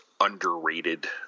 underrated